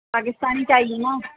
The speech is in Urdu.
پاکستانی چاہیے نا